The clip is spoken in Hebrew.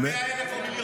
אם זה 100,000 או מיליון?